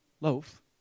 loaf